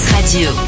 Radio